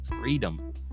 freedom